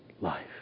life